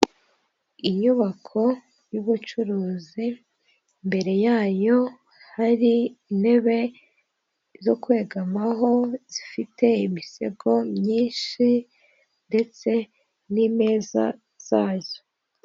Inyubako y'ubucuruzi imbere yayo hari intebe zo kwegamaho zifite imisego myinshi ndetse n'imeza zazo.